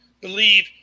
believe